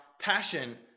passion